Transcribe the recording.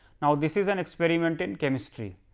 now, this is an experimented chemistry,